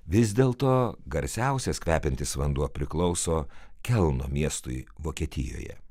vis dėlto garsiausias kvepiantis vanduo priklauso kelno miestui vokietijoje